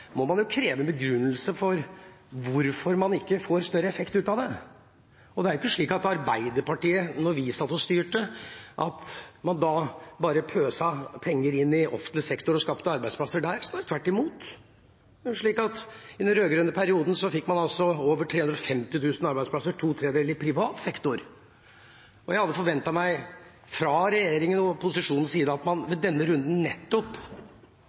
man må kreve en begrunnelse for hvorfor man ikke får en større effekt ut av det. Det er ikke slik at Arbeiderpartiet, da vi satt og styrte, bare pøste penger inn i offentlig sektor og skapte arbeidsplasser der, snarere tvert imot. I den rød-grønne perioden fikk man over 350 000 arbeidsplasser, to tredjedeler i privat sektor. Jeg hadde forventet meg fra regjeringa og posisjonens side at man ved denne runden nettopp